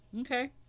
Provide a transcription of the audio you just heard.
Okay